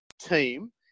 team